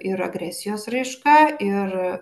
ir agresijos raiška ir